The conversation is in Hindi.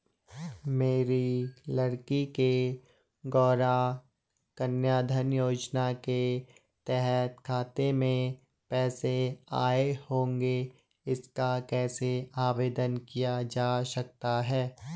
मेरी लड़की के गौंरा कन्याधन योजना के तहत खाते में पैसे आए होंगे इसका कैसे आवेदन किया जा सकता है?